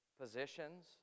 positions